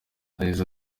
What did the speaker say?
yagize